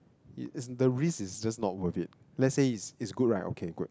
as the risk is just not worth it let's say it's it's good right okay good